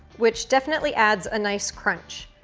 which definitely adds a nice crunch.